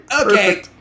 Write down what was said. Okay